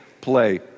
play